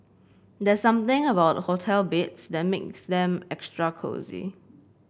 there's something about hotel beds that makes them extra cosy